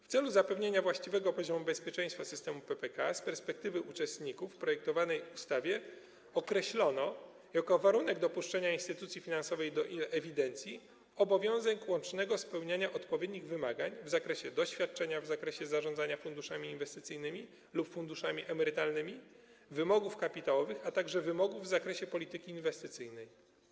W celu zapewnienia właściwego poziomu bezpieczeństwa systemu PPK z perspektywy uczestników w projektowanej ustawie określono jako warunek dopuszczenia instytucji finansowej do ewidencji obowiązek łącznego spełniania odpowiednich wymagań dotyczących doświadczenia w zakresie zarządzania funduszami inwestycyjnymi lub funduszami emerytalnymi, wymogów kapitałowych, a także wymogów w zakresie polityki inwestycyjnej.